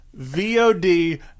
VOD